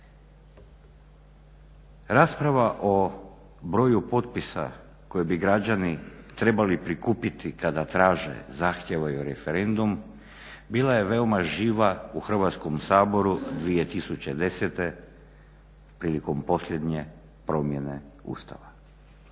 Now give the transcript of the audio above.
Rasprava o broju potpisa koje bi građani trebali prikupiti kada traže, zahtijevaju referendum bila je veoma živa u Hrvatskom saboru 2010. prilikom posljednje promjene Ustava.